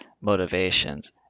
motivations